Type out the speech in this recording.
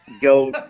go